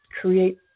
create